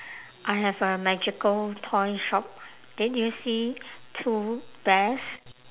I have a magical toy shop then do you see two bears